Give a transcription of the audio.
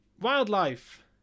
Wildlife